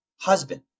husband